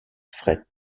fret